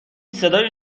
صدای